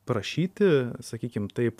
prašyti sakykim taip